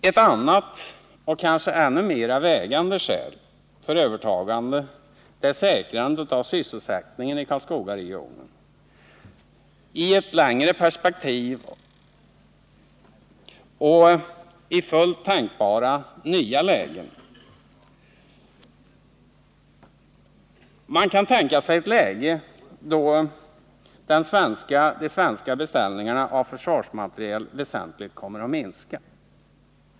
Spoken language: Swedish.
Ett annat, och kanske ännu mera vägande, skäl för övertagande är säkrandet av sysselsättningen inom Karlskogaregionen i ett längre perspektiv och i fullt tänkbara nya lägen. Man kan tänka sig en situation då de svenska beställningarna av försvarsmateriel väsentligt minskar.